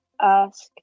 ask